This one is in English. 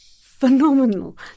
phenomenal